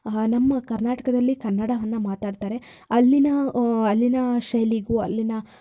ನಮ್ಮ ಕರ್ನಾಟಕದಲ್ಲಿ ಕನ್ನಡವನ್ನು ಮಾತಾಡ್ತಾರೆ ಅಲ್ಲಿನ ಅಲ್ಲಿನ ಶೈಲಿಗೂ ಅಲ್ಲಿನ